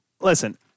Listen